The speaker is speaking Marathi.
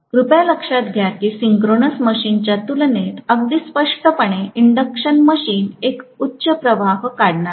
कृपया लक्षात घ्या की सिंक्रोनस मशीनच्या तुलनेत अगदी स्पष्टपणे इंडक्शन मशीन एक उच्च प्रवाह काढणार आहे